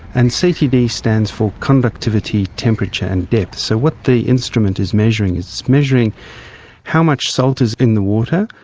and ctd stands for conductivity, temperature and depth. so what the instrument is measuring, it's measuring how much salt is in the water,